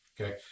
okay